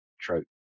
trope